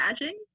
imagine